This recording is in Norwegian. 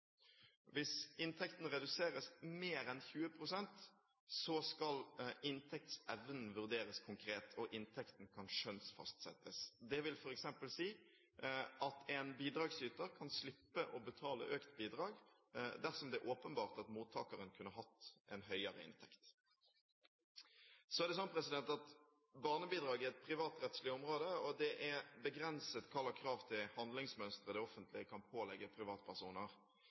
Hvis inntekten reduseres med mer enn 20 pst., skal inntektsevnen vurderes konkret, og inntekten kan skjønnsfastsettes. Det vil f.eks. si at en bidragsyter kan slippe å betale økt bidrag dersom det er åpenbart at mottakeren kunne hatt en høyere inntekt. Barnebidrag er et privatrettslig område, og det er begrenset hva slags krav til handlingsmønster det offentlige kan pålegge privatpersoner.